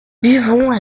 buvons